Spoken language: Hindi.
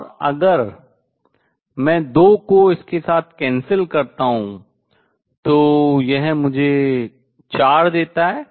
और अगर मैं 2 को इसके साथ cancel रद्द करता हूँ तो यह मुझे 4 देता है